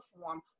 form